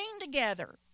together